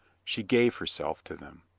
she gave herself to them.